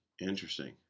Interesting